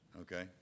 Okay